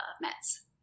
Mets